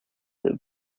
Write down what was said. that